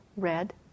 Red